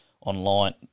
online